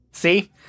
See